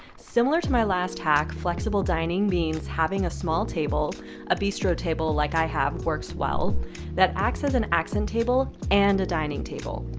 similar to my last hack, flexible dining means having a small table a bistro table like i have works well that acts as an accent table and a dining table.